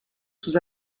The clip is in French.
sous